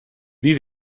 wie